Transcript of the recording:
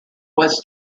was